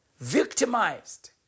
victimized